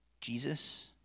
Jesus